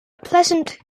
pleasant